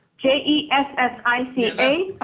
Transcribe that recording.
j e s s i c a.